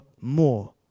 more